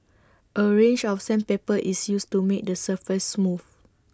A range of sandpaper is used to make the surface smooth